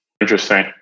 Interesting